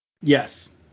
Yes